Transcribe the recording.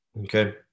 okay